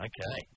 Okay